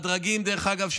דרך אגב,